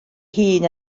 hun